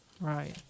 right